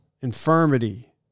infirmity